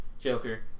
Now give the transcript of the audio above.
Joker